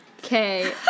Okay